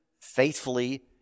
faithfully